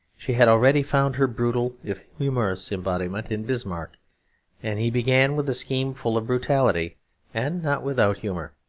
she had already found her brutal, if humorous, embodiment in bismarck and he began with a scheme full of brutality and not without humour.